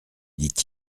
dit